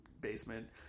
basement